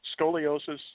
scoliosis